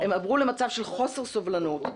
הם עברו למצב של חוסר סובלנות.